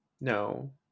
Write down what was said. No